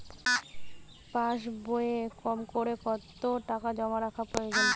পাশবইয়ে কমকরে কত টাকা জমা রাখা প্রয়োজন?